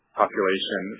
population